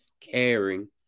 caring